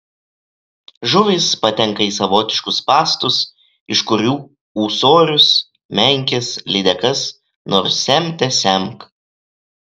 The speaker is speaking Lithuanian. žuvys patenka į savotiškus spąstus iš kurių ūsorius menkes lydekas nors semte semk